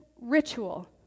ritual